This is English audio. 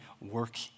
work